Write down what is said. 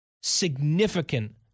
significant